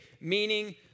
meaning